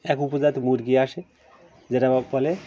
এক উপজাত মুরগি আসে যেটা বলে